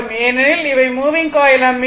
ஏனென்றால் அவை moving coil ammeter